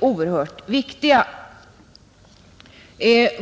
oerhört viktiga.